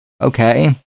Okay